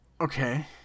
Okay